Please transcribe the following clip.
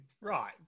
Right